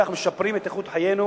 ובכך משפרות את איכות חיינו